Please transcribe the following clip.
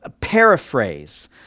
paraphrase